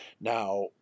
Now